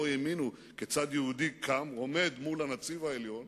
האמינו כיצד יהודי קם ועומד מול הנציב העליון,